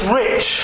rich